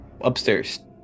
Upstairs